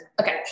okay